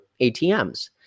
ATMs